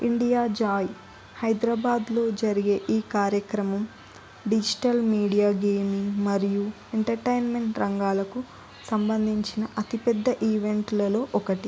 India Joy హైదరాబాద్లో జరిగే ఈ కార్యక్రమం డిజిటల్ మీడియా గేమింగ్ మరియు ఎంటర్టైన్మెంట్ రంగాలకు సంబంధించిన అతిపెద్ద ఈవెంట్లలో ఒకటి